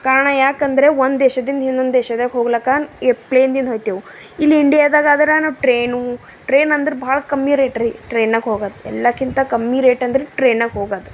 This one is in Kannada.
ಕಾರಣ ಏಕೆಂದರೆ ಒಂದು ದೇಶದಿಂದ ಇನ್ನೊಂದು ದೇಶದಾಗ ಹೋಗ್ಲಕ್ಕ ಏರ್ಪ್ಲೇನ್ದಿಂದ ಹೋಯ್ತೆವು ಇಲ್ಲಿ ಇಂಡಿಯದಾಗ ಆದ್ರೆ ನಾವು ಟ್ರೇನು ಟ್ರೇನ್ ಅಂದ್ರೆ ಭಾಳ ಕಮ್ಮಿ ರೇಟ್ರಿ ಟ್ರೈನಾಗಿ ಹೋಗೋದು ಎಲ್ಲಕ್ಕಿಂತ ಕಮ್ಮಿ ರೇಟಂದ್ರೆ ಟ್ರೈನಾಗ ಹೋಗೋದು